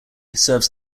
serves